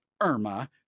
Irma